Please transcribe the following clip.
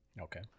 Okay